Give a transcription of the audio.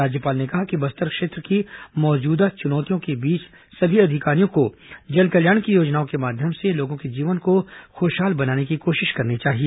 राज्यपाल ने कहा कि बस्तर क्षेत्र की मौजूदा चुनौतियों के बीच सभी अधिकारियों को जनकल्याण की योजनाओं के माध्यम से लोगों के जीवन को खुशहाल बनाने की कोशिश करनी चाहिए